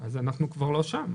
אז אנחנו כבר לא שם.